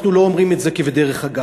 אנחנו לא אומרים את זה כבדרך אגב.